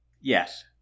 Yes